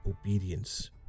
obedience